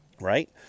right